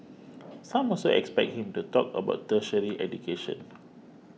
some also expect him to talk about tertiary education